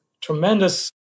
tremendous